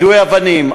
יידוי אבנים,